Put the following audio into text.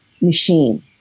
machine